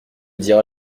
dira